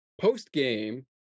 post-game